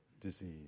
disease